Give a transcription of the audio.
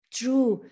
true